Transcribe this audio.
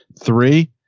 three